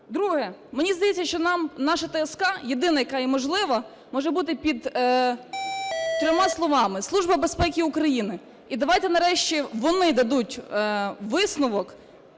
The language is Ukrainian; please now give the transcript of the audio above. Друге. Мені здається, що наша ТСК, єдина, яка є можлива, може бути під трьома словами: Служба безпеки України. І давайте нарешті вони дадуть висновок